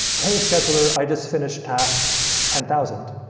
hey, scheduler. i just finished task ten thousand.